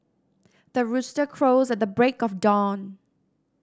the rooster crows at the break of dawn